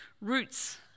roots